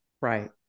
Right